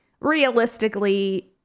realistically